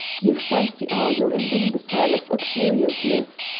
you fancy argyll an imbecile of uxoriousness.